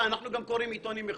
אנחנו גם קוראים עיתונים מחו"ל.